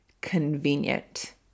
convenient